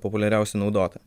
populiariausią naudotą